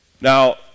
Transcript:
Now